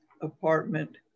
apartment